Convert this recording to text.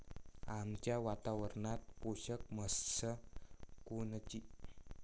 आमच्या वातावरनात पोषक म्हस कोनची?